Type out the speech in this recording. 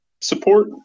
support